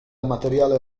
materiale